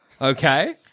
Okay